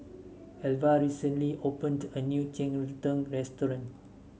Elva recently opened a new Cheng Tng restaurant